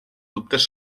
dubtes